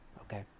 okay